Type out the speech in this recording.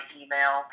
email